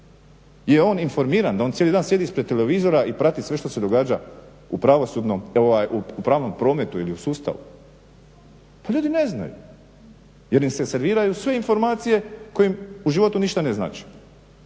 je on informiran, da on cijeli dan sjedi ispred televizora i prati sve što se događa u pravnom prometu ili u sustavu. Pa ljudi ne znaju jer im se serviraju sve informacije koje im u životu ništa ne znače,